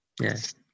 Yes